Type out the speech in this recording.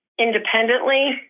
independently